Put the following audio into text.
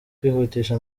kwihutisha